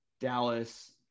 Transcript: Dallas